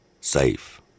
safe